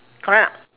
correct